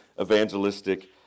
evangelistic